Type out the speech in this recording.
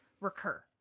recur